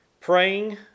praying